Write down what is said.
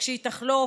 וכשהיא תחלוף,